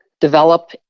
develop